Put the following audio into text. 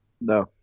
no